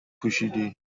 پوشیدی